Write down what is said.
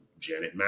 Janet